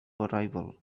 arrival